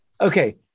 Okay